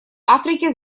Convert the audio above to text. африке